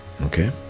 okay